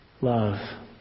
love